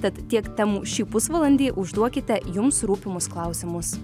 tad tiek temų šį pusvalandį užduokite jums rūpimus klausimus